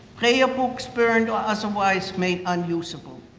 prayer books burned or otherwise made unusable.